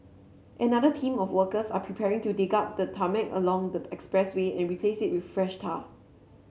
another team of workers are preparing to dig up the tarmac along the expressway and replace it with fresh tar